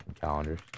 calendars